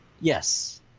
Yes